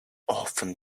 often